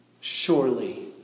surely